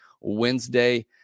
Wednesday